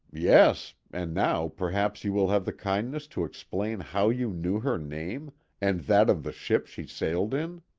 yes. and now perhaps you will have the kindness to explain how you knew her name and that of the ship she sailed in.